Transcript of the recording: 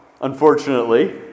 unfortunately